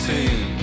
Team